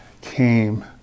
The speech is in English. came